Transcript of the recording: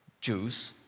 Jews